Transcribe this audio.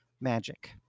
magic